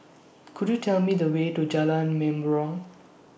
Could YOU Tell Me The Way to Jalan Mempurong